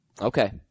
Okay